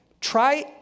Try